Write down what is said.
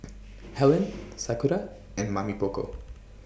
Helen Sakura and Mamy Poko